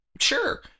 sure